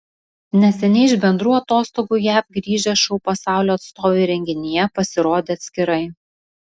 neseniai iš bendrų atostogų jav grįžę šou pasaulio atstovai renginyje pasirodė atskirai